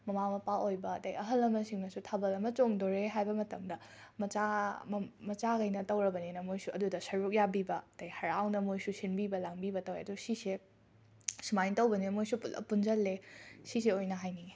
ꯃꯃꯥ ꯃꯄꯥ ꯑꯣꯏꯕ ꯑꯗꯩ ꯑꯍꯜ ꯂꯃꯟꯁꯤꯡꯅꯁꯨ ꯊꯥꯕꯜ ꯑꯃ ꯆꯣꯡꯗꯣꯔꯦ ꯍꯥꯏꯕ ꯃꯇꯝꯗ ꯃꯆꯥ ꯃ ꯃꯆꯥꯒꯩꯅ ꯇꯧꯔꯕꯅꯤꯅ ꯃꯣꯏꯁꯨ ꯑꯗꯨꯗ ꯁꯔꯨꯛ ꯌꯥꯕꯤꯕ ꯑꯗꯩ ꯍꯔꯥꯎꯅ ꯃꯣꯏꯁꯨ ꯁꯤꯟꯕꯤꯕ ꯂꯥꯡꯕꯤꯕ ꯇꯧꯋꯦ ꯑꯗꯣ ꯁꯤꯁꯦ ꯁꯨꯃꯥꯏ ꯇꯧꯕꯅꯤ ꯃꯣꯏꯁꯨ ꯄꯨꯂꯞ ꯄꯨꯟꯖꯜꯂꯦ ꯁꯤꯁꯦ ꯑꯣꯏꯅ ꯍꯥꯏꯅꯤꯡꯑꯦ